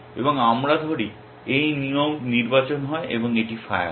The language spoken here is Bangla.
এবং আমরা ধরি এই নিয়ম নির্বাচন হয় এবং এটি ফায়ার হয়